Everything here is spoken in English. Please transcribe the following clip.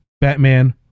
batman